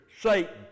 Satan